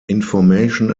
information